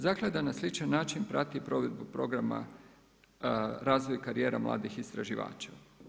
Zaklada na sličan način prati provedbu programa razvoja karijera mladih istraživača.